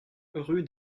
rue